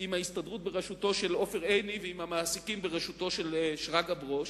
עם ההסתדרות בראשותו של עופר עיני ועם המעסיקים בראשותו של שרגא ברוש,